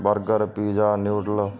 burger pizza noodles